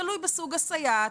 תלוי בסוג הסייעת.